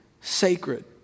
sacred